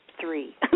three